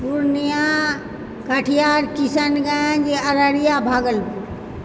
Purnia Katihar Kishanganj Araria Bhagalpur